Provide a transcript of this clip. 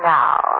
Now